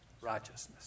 Righteousness